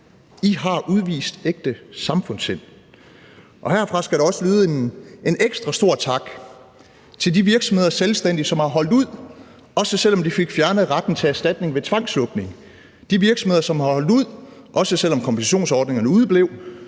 I har udvist ægte samfundssind. Herfra skal der også lyde en ekstra stor tak til de virksomheder og selvstændige, som har holdt ud, også selv om de fik fjernet retten til erstatning ved tvangslukning, de virksomheder, som har holdt ud, også selv om kompensationsordningerne udeblev,